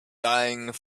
dying